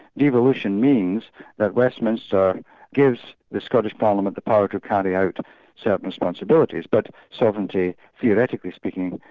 devolution means that westminster gives the scottish parliament the power to carry out certain responsibilities, but sovereignty theoretically speaking,